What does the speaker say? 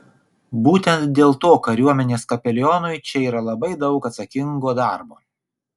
būtent dėl to kariuomenės kapelionui čia yra labai daug atsakingo darbo